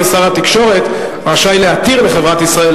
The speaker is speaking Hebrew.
יהיה שר התקשורת רשאי להתיר לחברת "ישראל